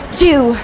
two